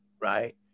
right